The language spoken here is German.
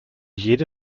jede